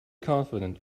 confident